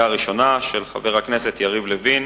של חבר הכנסת יריב לוין,